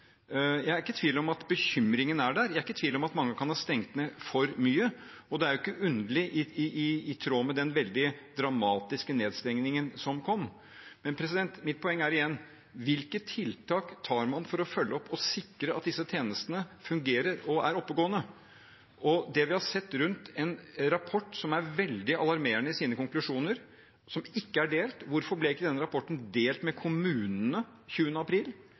Jeg er ikke i tvil om at bekymringen er der. Jeg er ikke i tvil om at mange kan ha stengt ned for mye, og det er jo ikke underlig, i tråd med den veldig dramatiske nedstengningen som kom, men mitt poeng er igjen: Hvilke tiltak gjør man for å følge opp og sikre at disse tjenestene fungerer og er oppegående? Vi har sett en rapport som er veldig alarmerende i sine konklusjoner, og som ikke er delt. Hvorfor ble ikke denne rapporten delt med kommunene 20. april,